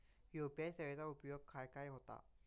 UPI सेवेचा उपयोग खाय खाय होता?